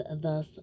thus